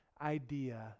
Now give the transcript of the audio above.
idea